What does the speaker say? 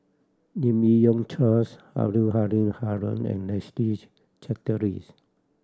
Lim Yi Yong Charles Abdul Hadu Haron and Leslie's Charteris